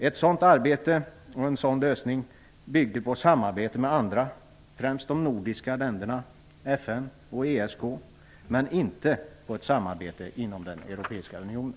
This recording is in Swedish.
Ett sådant arbete och en sådan lösning bygger på samarbete med andra, främst de nordiska länderna, FN och ESK, och inte på samarbete inom den Europeiska unionen.